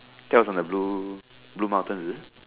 that was on the blue blue mountain is it